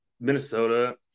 Minnesota